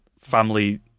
family